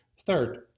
Third